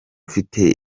ufite